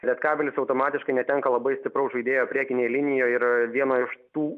lietkabelis automatiškai netenka labai stipraus žaidėjo priekinėj linijoj ir vieno iš tų